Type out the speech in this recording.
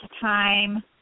time